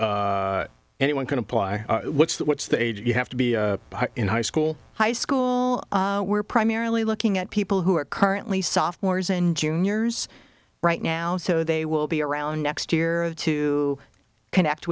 both anyone can apply what's that what's the age you have to be in high school high school we're primarily looking at people who are currently sophomores and juniors right now so they will be around next year to connect